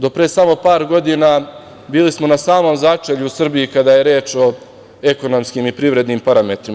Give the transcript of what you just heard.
Do pre samo par godina bili smo na samom začelju Srbije kada je reč o ekonomskim i privrednim parametrima.